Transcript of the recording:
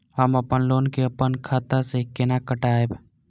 हम अपन लोन के अपन खाता से केना कटायब?